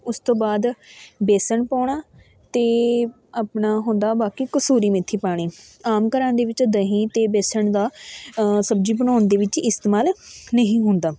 ਉਸ ਤੋਂ ਬਾਅਦ ਬੇਸਣ ਪਾਉਣਾ ਅਤੇ ਆਪਣਾ ਹੁੰਦਾ ਬਾਕੀ ਕਸੂਰੀ ਮੇਥੀ ਪਾਉਣੀ ਆਮ ਘਰਾਂ ਦੇ ਵਿੱਚੋਂ ਦਹੀਂ ਅਤੇ ਬੇਸਣ ਦਾ ਸਬਜ਼ੀ ਬਣਾਉਣ ਦੇ ਵਿੱਚ ਇਸਤੇਮਾਲ ਨਹੀਂ ਹੁੰਦਾ